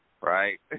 Right